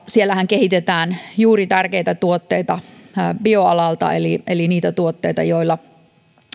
siellähän kehitetään juuri tärkeitä tuotteita bioalalta eli eli niitä tuotteita joilla